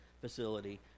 facility